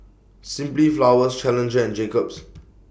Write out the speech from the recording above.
Simply Flowers Challenger and Jacob's